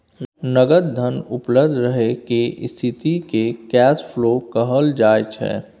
नगद धन उपलब्ध रहय केर स्थिति केँ कैश फ्लो कहल जाइ छै